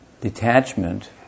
detachment